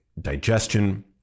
digestion